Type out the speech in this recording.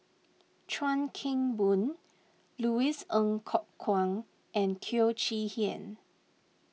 Chuan Keng Boon Louis Ng Kok Kwang and Teo Chee Hean